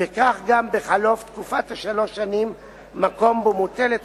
וכך גם בחלוף תקופת שלוש השנים מקום בו מוטלת